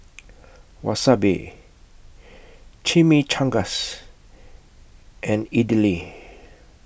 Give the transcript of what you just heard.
Wasabi Chimichangas and Idili